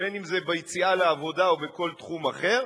בין אם זה ביציאה לעבודה או בכל תחום אחר,